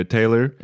Taylor